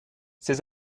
ces